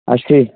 আশি